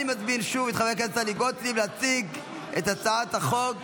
אני מזמין שוב את חברת הכנסת טלי גוטליב להציג את הצעת החוק,